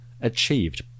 achieved